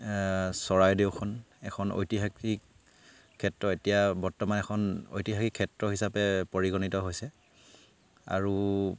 চৰাইদেউখন এখন ঐতিহাসিক ক্ষেত্ৰ এতিয়া বৰ্তমান এখন ঐতিহাসিক ক্ষেত্ৰ হিচাপে পৰিগণিত হৈছে আৰু